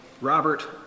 Robert